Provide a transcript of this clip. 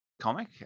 comic